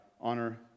Honor